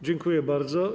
Dziękuję bardzo.